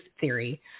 theory